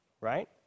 right